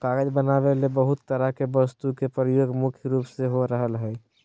कागज बनावे ले बहुत तरह के वस्तु के प्रयोग मुख्य रूप से हो रहल हल